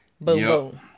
Boom